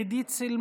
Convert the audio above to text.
אין נמנעים.